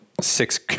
Six